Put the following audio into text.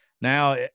Now